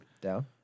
Down